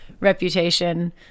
reputation